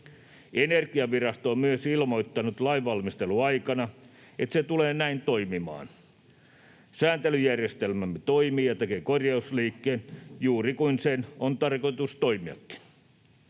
Energiavirasto on myös ilmoittanut lainvalmisteluaikana, että se tulee näin toimimaan. Sääntelyjärjestelmämme toimii ja tekee korjausliikkeen, juuri niin kuin sen on tarkoitus toimiakin.